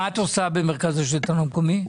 כלכלנית ומנהלת התקציב, מרכז השלטון המקומי.